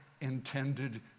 intended